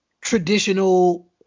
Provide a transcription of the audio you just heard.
traditional